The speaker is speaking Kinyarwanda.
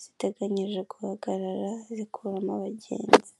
ziteganyije guhagarara zikuramo abagenzi.